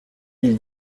mille